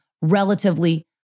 relatively